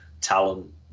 talent